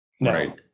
Right